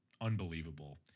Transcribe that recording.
unbelievable